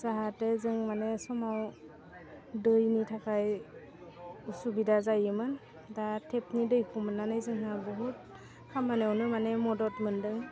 जाहाथे जों माने समाव दैनि थाखाय असुबिदा जायोमोन दा टेपनि दैखौ मोन्नानै जोंहा बहुद खामानियावनो माने मदद मोन्दों